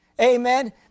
Amen